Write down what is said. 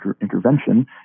intervention